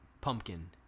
pumpkin